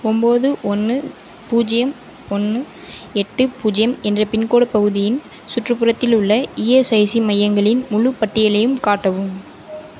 ஒம்பது ஒன்று பூஜ்ஜியம் ஒன்று எட்டு பூஜ்ஜியம் என்ற பின்கோடு பகுதியின் சுற்றுப்புறத்தில் உள்ள இஎஸ்ஐசி மையங்களின் முழுப் பட்டியலையும் காட்டவும்